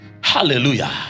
Hallelujah